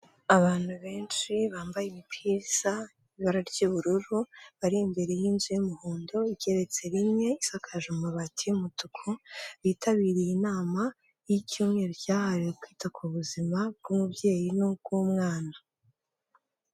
Abantu benshi bambaye ibipiza ibara ry'ubururu bari imbere y'inzu y'umuhondo igeretse rimwe isakaje amabati y'umutuku, bitabiriye inama y'icyumweru cyahariwe kwita ku buzima bw'umubyeyi n'ubw'umwana.